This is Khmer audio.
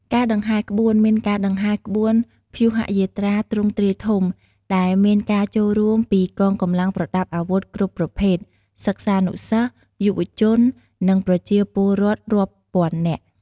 ការដង្ហែរក្បួន មានការដង្ហែរក្បួនព្យុហយាត្រាទ្រង់ទ្រាយធំ ដែលមានការចូលរួមពីកងកម្លាំងប្រដាប់អាវុធគ្រប់ប្រភេទ សិស្សានុសិស្ស យុវជន និងប្រជាពលរដ្ឋរាប់ពាន់នាក់។